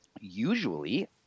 usually